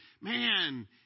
man